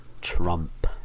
Trump